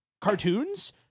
cartoons